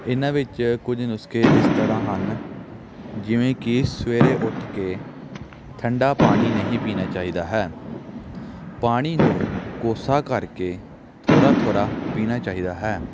ਇਹਨਾਂ ਵਿੱਚ ਕੁਝ ਨੁਸਖੇ ਇਸ ਤਰ੍ਹਾਂ ਹਨ ਜਿਵੇਂ ਕਿ ਸਵੇਰੇ ਉੱਠ ਕੇ ਠੰਡਾ ਪਾਣੀ ਨਹੀਂ ਪੀਣਾ ਚਾਹੀਦਾ ਹੈ ਪਾਣੀ ਨੂੰ ਕੋਸਾ ਕਰਕੇ ਥੋੜ੍ਹਾ ਥੋੜ੍ਹਾ ਪੀਣਾ ਚਾਹੀਦਾ ਹੈ